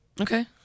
Okay